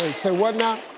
say what now?